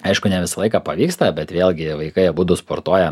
aišku ne visą laiką pavyksta bet vėlgi vaikai abudu sportuoja